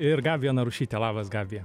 ir gabija narušytė labas gabija